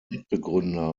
mitbegründer